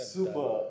Super